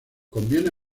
conviene